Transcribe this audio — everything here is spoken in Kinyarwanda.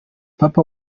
papa